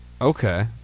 Okay